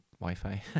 wi-fi